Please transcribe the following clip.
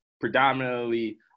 predominantly